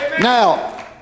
Now